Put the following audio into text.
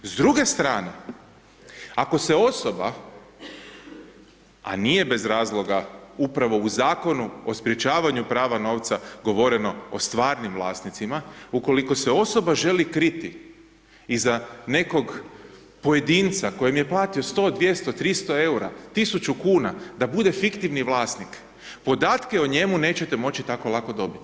S druge strane, ako se osoba, a nije bez razloga upravo u Zakonu o sprečavanju prava novca, govoreno o stvarnim vlasnicima, ukoliko se osoba želi kriti iza nekog pojedinca kojem je platio 100, 200, 300 EUR-a, 1.000,00 kn, da bude fiktivni vlasnik, podatke o njemu nećete moći tako lako dobiti.